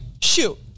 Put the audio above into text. Shoot